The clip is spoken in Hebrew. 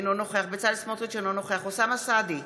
אינו נוכח בצלאל סמוטריץ' אינו נוכח אוסאמה סעדי,